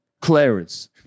Clarence